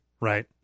right